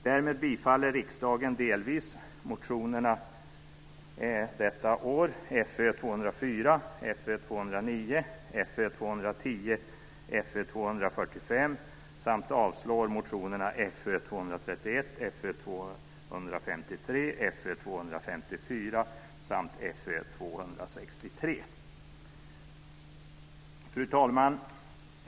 Därmed bifaller riksdagen delvis motionerna Fö204, Fö209, Fö210 och Fö245 samt avslår motionerna Fö231, Fö253, Fö254 och Fö263, samtliga detta år. Fru talman!